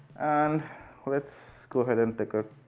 and let's go ahead and take a